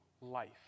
life